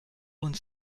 und